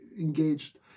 engaged